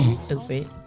Stupid